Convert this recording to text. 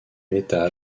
métal